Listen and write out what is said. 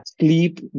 sleep